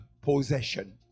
possession